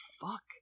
fuck